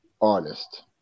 artist